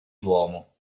duomo